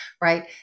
right